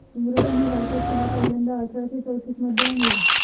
इंग्रजांनी भारतात चहा पहिल्यांदा अठरा शे चौतीस मध्ये आणला